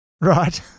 Right